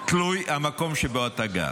תלוי במקום שבו אתה גר,